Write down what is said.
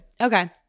okay